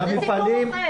זה סיפור אחר.